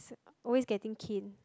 always getting cane